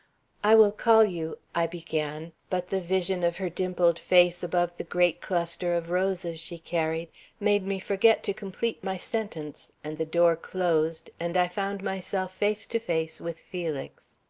i will call you i began, but the vision of her dimpled face above the great cluster of roses she carried made me forget to complete my sentence, and the door closed, and i found myself face to face with felix.